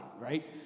right